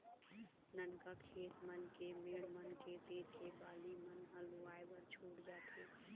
ननका खेत मन के मेड़ मन के तीर के बाली मन ह लुवाए बर छूट जाथे